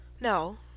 No